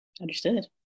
Understood